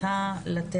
עו"ס,